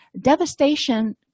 Devastation